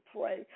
pray